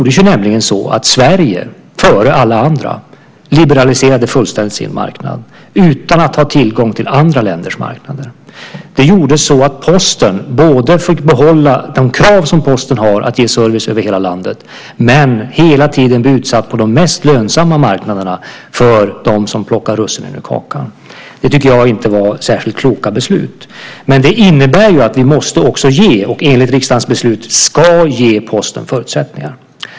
Det var nämligen så att Sverige före alla andra fullständigt liberaliserade sin marknad utan att ha tillgång till andra länders marknader. Posten fick behålla kravet att ge service över hela landet men hela tiden bli utsatt på de mest lönsamma marknaderna för dem som plockar russinen ur kakan. Det tycker jag inte var särskilt kloka beslut. Men det innebär att vi måste ge och enligt riksdagens beslut ska ge Posten förutsättningarna.